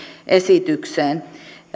esitykseen